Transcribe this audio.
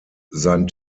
sein